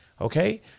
Okay